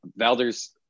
Valder's